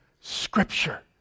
Scripture